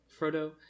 Frodo